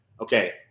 okay